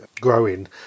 growing